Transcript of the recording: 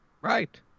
Right